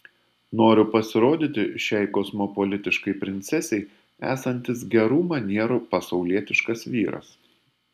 noriu pasirodyti šiai kosmopolitiškai princesei esantis gerų manierų pasaulietiškas vyras